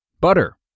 Butter